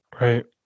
Right